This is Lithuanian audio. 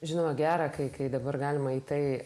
žinoma gera kai kai dabar galima į tai